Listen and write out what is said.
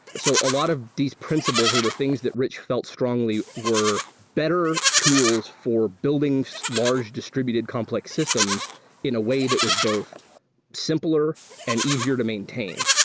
so a lot of these principles are the things that rich felt strongly were better tools for building large distributed complex systems in a way that was both simpler and easier to maintain.